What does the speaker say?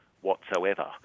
whatsoever